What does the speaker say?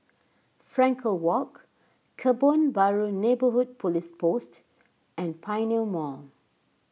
Frankel Walk Kebun Baru Neighbourhood Police Post and Pioneer Mall